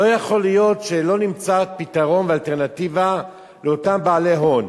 לא יכול להיות שלא נמצא פתרון ואלטרנטיבה לאותם בעלי הון.